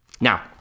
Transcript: now